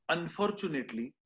Unfortunately